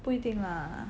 不一定 lah